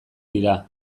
dira